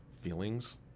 feelings